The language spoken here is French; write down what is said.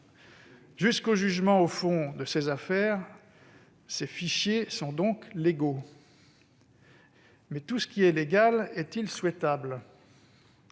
Jusqu'au jugement au fond de ces affaires, ces fichiers sont donc légaux. Mais tout ce qui est légal est-il souhaitable ?